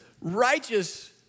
righteous